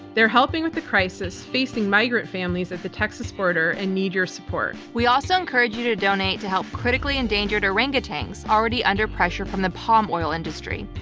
they're helping with the crisis facing migrant families at the texas border and need your support. we also encourage you to donate to help critically endangered orangutans already under pressure from the palm oil industry.